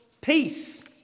Peace